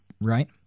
right